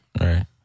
Right